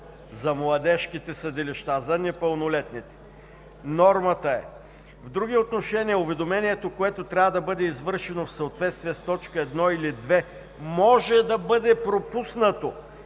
за младежките съдилища, за непълнолетните. Нормата е: „В други отношения уведомлението, което трябва да бъде извършено в съответствие с т. 1 или 2, може да бъде пропуснато